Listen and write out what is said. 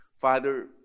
Father